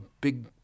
big